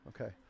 Okay